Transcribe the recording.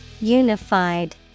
Unified